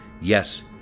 yes